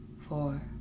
four